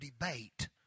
debate